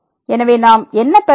எனவே நாம் என்ன பெற வேண்டும்